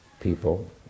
people